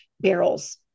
barrels